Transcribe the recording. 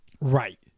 Right